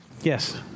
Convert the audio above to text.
Yes